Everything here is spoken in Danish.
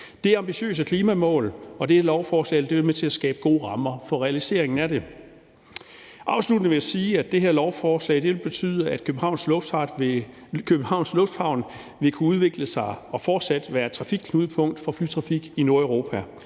er ambitiøse klimamål, og det her lovforslag vil være med til at skabe gode rammer for realiseringen af det. Afsluttende vil jeg sige, at det her lovforslag vil betyde, at Københavns Lufthavn vil kunne udvikle sig og fortsat være et trafikknudepunkt for flytrafik i Nordeuropa.